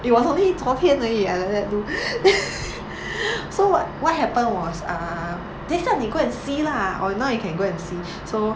it was only 昨天而已 I like that do so what what happened was err 等一下你 go and see lah or now you can go and see so